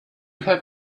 have